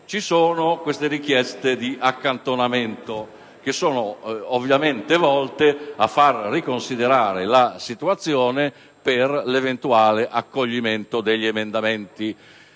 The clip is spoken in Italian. Ci sono poi queste richieste di accantonamento, che sono ovviamente volte a riconsiderare la situazione per l'eventuale accoglimento degli emendamenti